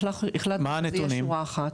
אנחנו החלטנו שזה יהיה שורה אחת.